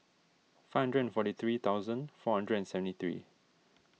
five hundred and forty three thousand four hundred and seventy three